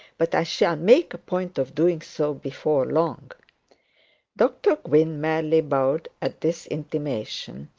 but i shall make a point of doing so before long dr gwynne merely bowed at this intimation.